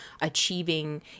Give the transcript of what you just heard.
achieving